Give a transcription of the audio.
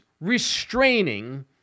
restraining